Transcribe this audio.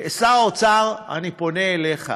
שר האוצר, אני פונה אליך: